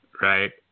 Right